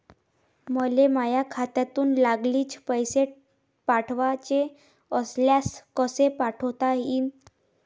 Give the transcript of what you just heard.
मले माह्या खात्यातून लागलीच पैसे पाठवाचे असल्यास कसे पाठोता यीन?